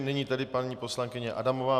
Nyní tedy paní poslankyně Adamová.